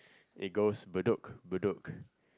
it goes Bedok Bedok